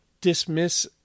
dismiss